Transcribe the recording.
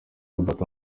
robert